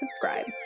subscribe